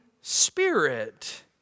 Spirit